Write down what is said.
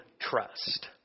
trust